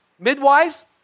Midwives